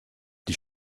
die